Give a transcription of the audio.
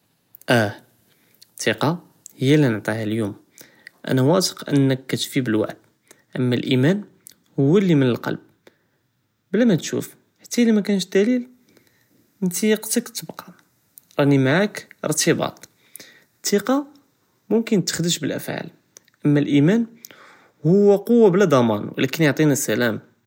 איה, אסתיקה היא אללי ג'אנעטיה ליום, אנה ואסיק אן כתופי בילוعد אמה אלאאמן הוא אללי מן אללבב, בלא מתשוף, חתא ומקאינש דלית, ת'יקיתק תבקה ראני מעאק אירתבאט, אלתיקה מומכנת תחרג בלא פע'אל אמה אלאאמן, הוא כחה בלא דמאנ ולקין יעטינה אססלאם.